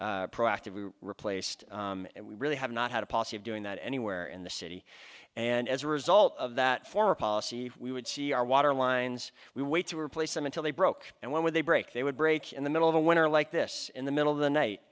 been proactive replaced and we really have not had a policy of doing that anywhere in the city and as a result of that former policy we would see our water lines we wait to replace them until they broke and when with a break they would break in the middle of a winter like this in the middle of the night